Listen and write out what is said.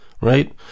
right